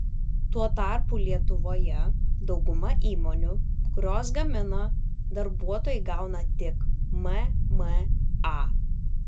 tuo tarpu lietuvoje dauguma įmonių kurios gamina darbuotojai gauna tik mma